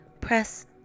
press